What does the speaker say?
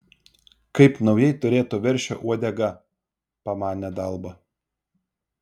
kaip naujai turėto veršio uodega pamanė dalba